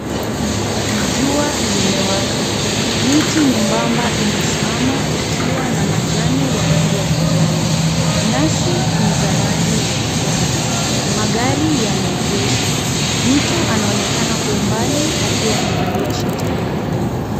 Jua limewaka. Miti nyembamba imesimama ikiwa na majani ya rangi ya kijani. Nyasi ni za rangi ya kijani. Magari yameegeshwa. Mtu anaonekana kwa umbali akiwa amevalia shati nyeupe.